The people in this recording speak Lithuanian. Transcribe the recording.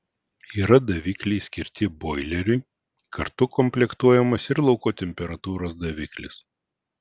yra davikliai skirti boileriui kartu komplektuojamas ir lauko temperatūros daviklis